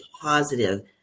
positive